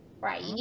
right